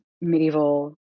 medieval